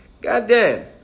Goddamn